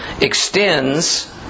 extends